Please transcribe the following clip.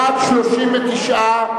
בעד, 39,